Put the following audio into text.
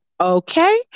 Okay